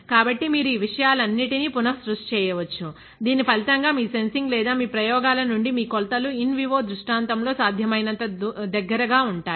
కాబట్టి మీరు ఈ విషయాలన్నిటినీ పునఃసృష్టి చేయవచ్చు దీని ఫలితంగా మీ సెన్సింగ్ లేదా మీ ప్రయోగాల నుండి మీ కొలతలు ఇన్ వివో దృష్టాంతంలో సాధ్యమైనంత దగ్గరగా ఉంటాయి